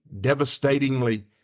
devastatingly